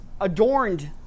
adorned